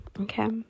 okay